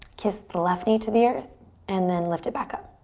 kiss the left knee to the earth and then lift it back up.